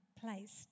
placed